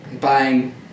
Buying